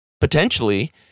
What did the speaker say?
Potentially